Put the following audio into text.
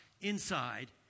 inside